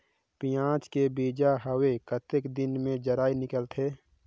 पियाज के बीजा हवे कतेक दिन मे जराई निकलथे?